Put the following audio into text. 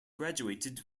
graduated